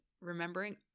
remembering